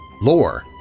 lore